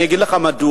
אני אגיד לך מדוע.